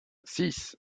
six